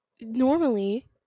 normally